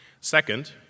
Second